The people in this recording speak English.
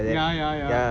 ya ya ya